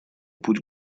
путь